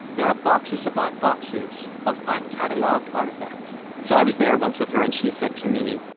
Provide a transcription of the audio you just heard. there are boxes upon boxes of uncatalogued artifacts so i was there once with her and she said to me,